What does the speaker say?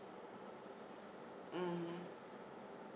mm